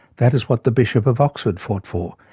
that is what the bishop of oxford fought for,